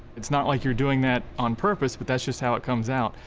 it's not like you're doing that on purpose, but that's just how it comes out.